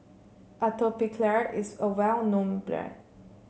Atopiclair is a well known brand